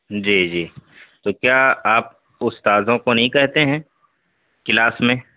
جی جی تو کیا آپ استاذوں کو نہیں کہتے ہیں کلاس میں